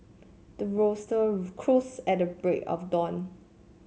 the rooster crows at the break of dawn